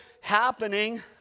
happening